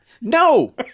no